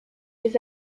les